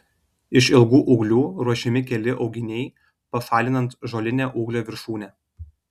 iš ilgų ūglių ruošiami keli auginiai pašalinant žolinę ūglio viršūnę